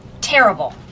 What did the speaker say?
Terrible